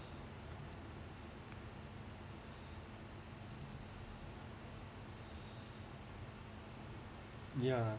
ya